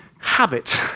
habit